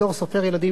בתור סופר ילדים,